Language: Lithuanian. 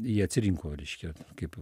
jie atsirinko reiškia kaip